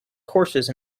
courses